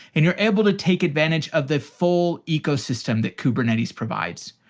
and you're able to take advantage of the full ecosystem that kubernetes provides.